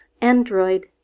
Android